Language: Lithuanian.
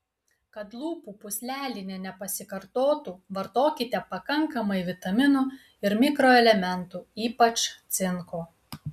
kad lūpų pūslelinė nepasikartotų vartokite pakankamai vitaminų ir mikroelementų ypač cinko